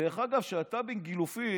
דרך אגב, כשאתה בגילופין,